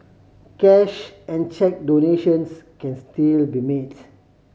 cash and cheque donations can still be made